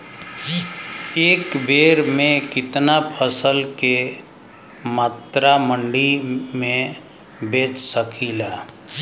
एक बेर में कितना फसल के मात्रा मंडी में बेच सकीला?